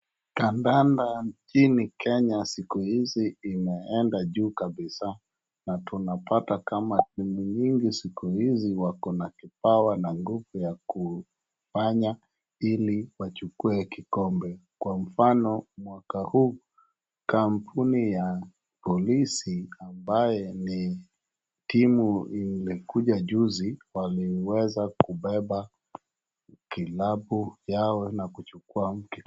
Kandanda nchini Kenya siku hizi imeenda juu kabisa, na tunapata kama timu nyingi siku hizi wako na kipawa an nguvu ya kufanya ili wachukue kikombe, kwa mfano mwaka huu kampuni ya polisi ambayo ni timu ilikuja juzi waliweza kubeba kilabu yao na kuchukua mpira.